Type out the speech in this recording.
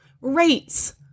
rates